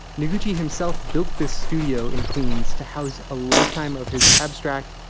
noguchi himself built this studio in queens to house a lifetime of his abstract,